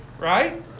Right